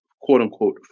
quote-unquote